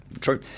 True